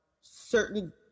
certain